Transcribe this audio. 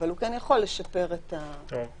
אבל הוא כן יכול לשפר את הדברים.